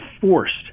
forced